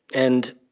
and